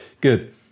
Good